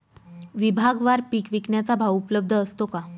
विभागवार पीक विकण्याचा भाव उपलब्ध असतो का?